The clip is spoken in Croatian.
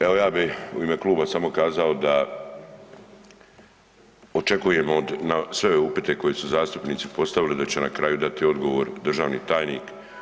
Evo ja bi u ime kluba samo kazao da očekujem od, na sve upite koje su zastupnici postavili da će na kraju dati odgovor državni tajnik.